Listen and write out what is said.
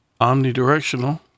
omnidirectional